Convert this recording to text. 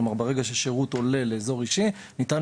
ברגע ששירות עולה לאזור האישי ניתן